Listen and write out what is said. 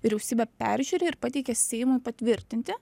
vyriausybė peržiūri ir pateikia seimui patvirtinti